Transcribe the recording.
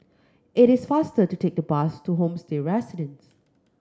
it is faster to take the bus to Homestay Residences